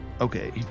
okay